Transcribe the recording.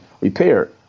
repaired